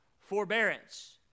forbearance